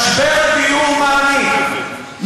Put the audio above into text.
משבר הדיור מעמיק,